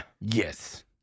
Yes